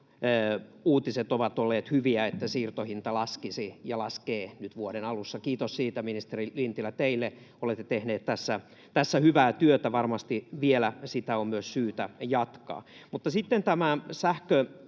uutiset ovat olleet hyviä, että siirtohinta laskisi ja laskee nyt vuoden alussa. Kiitos siitä, ministeri Lintilä, teille. Olette tehnyt tässä hyvää työtä, ja varmasti vielä sitä on myös syytä jatkaa. Mutta sitten tämä